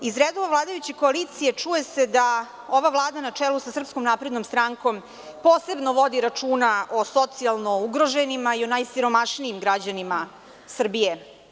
Iz redova vladajuće koalicije čuje se da ova Vlada na čelu sa SNS posebno vodi računa o socijalno ugroženima i o najsiromašnijim građanima Srbije.